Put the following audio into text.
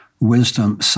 wisdom